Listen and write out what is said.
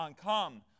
come